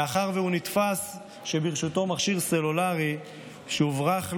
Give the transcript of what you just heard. מאחר שהוא נתפס כשברשותו מכשיר סלולרי שהוברח לו,